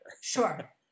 Sure